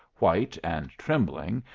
white and trembling,